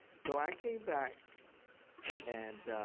so i came back and